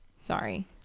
Sorry